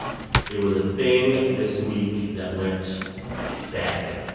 it was a thing this week that went badly.